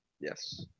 Yes